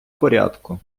порядку